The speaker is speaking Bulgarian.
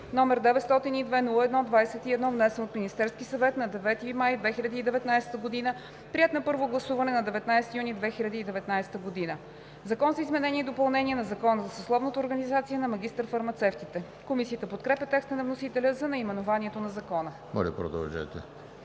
№ 902-01-21, внесен от Министерския съвет на 9 май 2019 г., приет на първо гласуване на 19 юни 2019 г. „Закон за изменение и допълнение на Закона за съсловната организация на магистър-фармацевтите“.“ Комисията подкрепя текста на вносителя за наименованието на Закона. По §